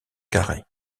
carré